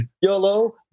YOLO